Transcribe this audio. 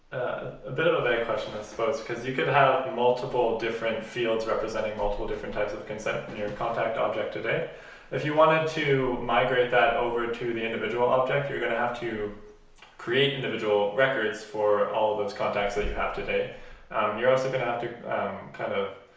a bit of of a question i suppose because you could have multiple different fields representing multiple different types of consent in your contact object today if you wanted to migrate that over to the individual object you're going to have to create individual records for all of those contacts that you have today um you're also going to have to kind of